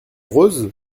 rose